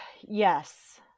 Yes